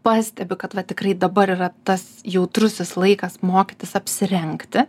pastebi kad va tikrai dabar yra tas jautrusis laikas mokytis apsirengti